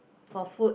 for food